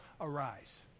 Arise